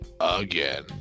again